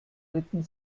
ritten